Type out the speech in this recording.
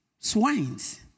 Swines